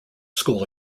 school